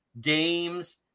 games